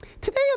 Today